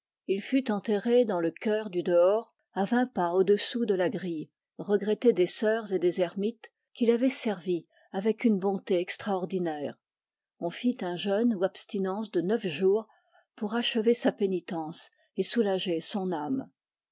il fust enterré dans le chœur du dehors à vingt pas au-dessous de la grille regretté des sœurs et des hermites qu'il avoit servis avec une bonté extraordinaire on fit un jeûne ou abstinence de neuf jours pour achever sa pénitence et soulager son âme